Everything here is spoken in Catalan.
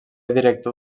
director